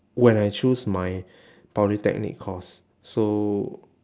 when I choose my polytechnic course so